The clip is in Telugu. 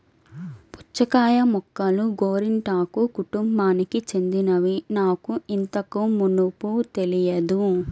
పుచ్చకాయ మొక్కలు గోరింటాకు కుటుంబానికి చెందినవని నాకు ఇంతకు మునుపు తెలియదు